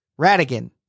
Radigan